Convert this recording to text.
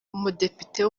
umudepite